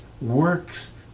works